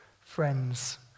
friends